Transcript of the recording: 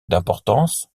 d’importance